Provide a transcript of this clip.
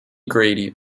grady